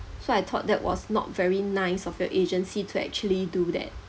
so I thought that was not very nice of your agency to actually do that